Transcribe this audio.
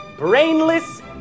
Brainless